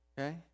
Okay